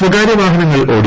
സ്വകാര്യവാഹനങ്ങൾ ഓടി